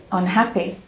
unhappy